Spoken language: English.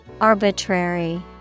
Arbitrary